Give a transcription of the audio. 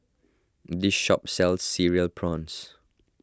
this shop sells Cereal Prawns